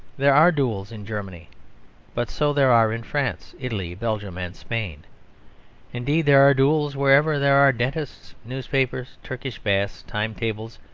there are duels in germany but so there are in france, italy, belgium, and spain indeed, there are duels wherever there are dentists, newspapers, turkish baths, time-tables,